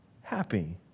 happy